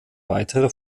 weitere